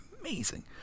amazing